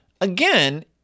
Again